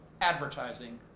advertising